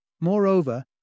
Moreover